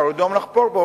קרדום לחפור בו,